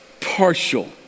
partial